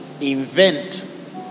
invent